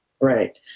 right